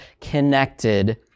connected